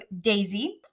Daisy